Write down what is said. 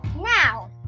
now